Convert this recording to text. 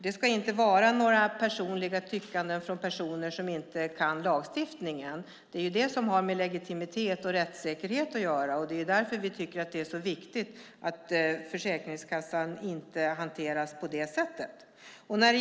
Det ska inte vara några personliga tyckanden från personer som inte kan lagstiftningen. Det är det som har med rättssäkerhet och legitimitet att göra. Det är därför vi tycker att det är så viktigt hur Försäkringskassan hanteras.